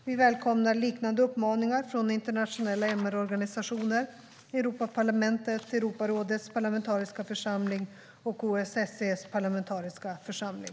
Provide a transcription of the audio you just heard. Vi välkomnar liknande uppmaningar från internationella MR-organisationer, Europaparlamentet, Europarådets parlamentariska församling och OSSE:s parlamentariska församling.